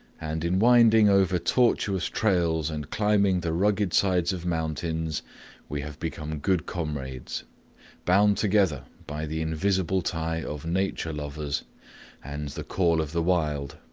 and in winding over tortuous trails and climbing the rugged sides of mountains we have become good comrades bound together by the invisible tie of nature lovers and the call of the wild,